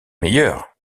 meilleurs